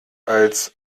als